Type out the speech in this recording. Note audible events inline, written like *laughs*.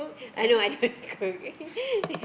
I know I don't go okay *laughs*